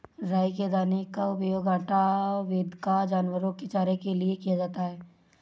राई के दाने का उपयोग आटा, वोदका, जानवरों के चारे के लिए किया जाता है